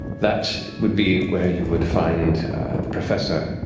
that would be where you would find the professor,